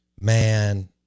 Man